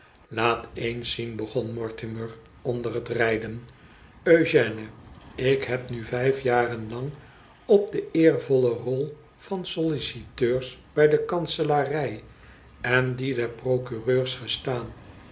laat eens zien begon mortimer onder het rijden eugène ik heb nu vijf jaren lang op de eervolle rol van souiciteurs bij de kanselarij en die der procureurs gestaan